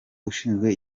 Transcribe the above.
ushinzwe